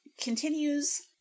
continues